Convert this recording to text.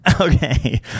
okay